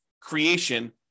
creation